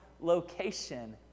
location